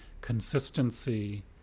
consistency